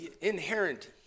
inherent